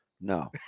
No